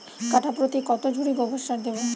কাঠাপ্রতি কত ঝুড়ি গোবর সার দেবো?